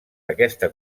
aquesta